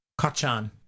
Kachan